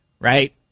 right